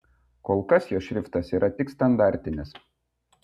kol kas jos šriftas yra tik standartinis